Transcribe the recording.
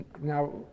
Now